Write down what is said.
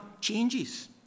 changes